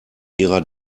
ihrer